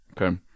okay